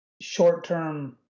short-term